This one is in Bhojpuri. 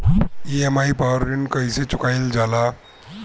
ई.एम.आई पर ऋण कईसे चुकाईल जाला?